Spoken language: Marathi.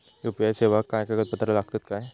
यू.पी.आय सेवाक काय कागदपत्र लागतत काय?